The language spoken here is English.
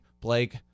Blake